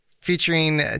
featuring